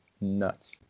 nuts